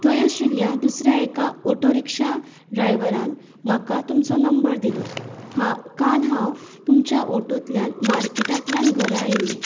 थंय आशिल्ल्या दुसऱ्या एका ऑटो रिक्शा ड्रायव्हरान म्हाका तुमचो नंबर दिलो हा काल हांव तुमच्या ऑटोतल्यान मार्केटांतल्यान घरा आयिल्ले